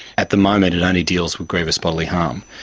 at the moment it only deals with grievous bodily harm.